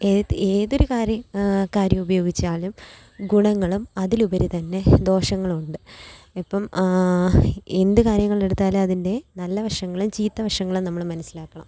ഏതൊരു കാര്യം ഉപയോഗിച്ചാലും ഗുണങ്ങളും അതിലുപരി തന്നെ ദോഷങ്ങളും ഉണ്ട് ഇപ്പോള് എന്തു കാര്യങ്ങൾ എടുത്താലും അതിൻ്റെ നല്ല വശങ്ങളും ചീത്ത വശങ്ങളും നമ്മള് മനസ്സിലാക്കണം